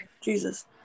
Jesus